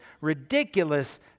ridiculous